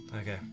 Okay